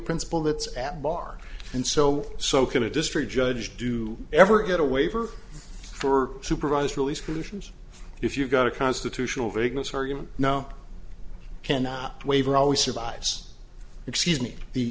principle that's at bar and so so can a district judge do ever get a waiver for supervised release collusion if you've got a constitutional vagueness argument no cannot waiver always survives excuse me